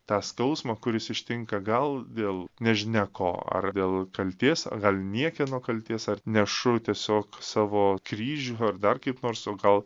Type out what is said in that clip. tą skausmą kuris ištinka gal dėl nežinia ko ar dėl kaltės ar gal niekieno kaltės ar nešu tiesiog savo kryžių ar dar kaip nors o gal